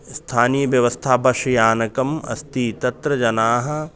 स्थानीय व्यस्था बश् यानकम् अस्ति तत्र जनाः